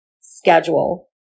schedule